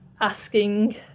asking